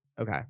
Okay